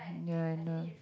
no no